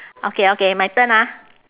okay okay my turn ah